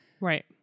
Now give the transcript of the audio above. Right